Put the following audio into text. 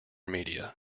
media